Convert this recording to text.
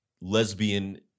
lesbian